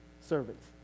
servants